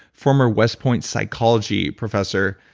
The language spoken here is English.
former westpoint psychology professor,